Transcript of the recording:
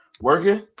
working